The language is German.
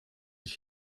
ich